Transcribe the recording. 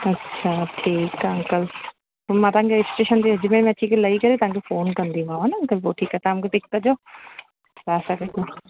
अछा ठीकु आहे अंकल मां तव्हांजे स्टेशन ते अजमेर जी लही करे तव्हां खे फोन कंदीमांव हान अंकल पोइ ठीकु आहे तव्हां मूंखे पिक कजो हा